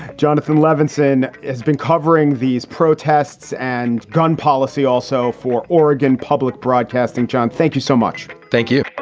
jonathan levinson has been covering these protests and gun policy also for oregon public broadcasting. john, thank you so much. thank you